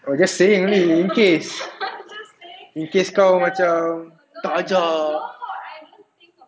I just saying only in case in case kau macam tak ajak